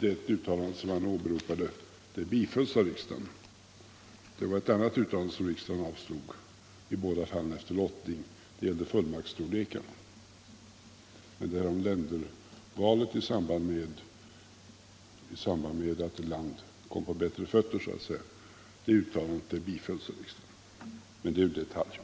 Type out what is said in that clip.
det uttalande som han åberopade; det bifölls av riksdagen. Det gällde ländervalet i samband med att ett land så att säga kom på fötter. Det var ett annat uttalande som riksdagen avslog, nämligen om fullmaktsstorlekarna. I båda fallen användes lottning. Men detta är en detalj.